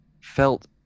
felt